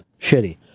shitty